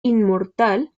inmortal